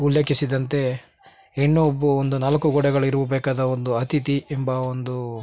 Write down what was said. ಉಲ್ಲೇಖಿಸಿದಂತೆ ಹೆಣ್ಣು ಒಬ್ಬು ಒಂದು ನಾಲ್ಕು ಗೋಡೆಗಳಿರೂ ಬೇಕಾದ ಒಂದು ಅತಿಥಿ ಎಂಬ ಒಂದು